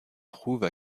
trouve